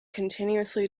continuously